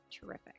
terrific